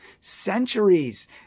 centuries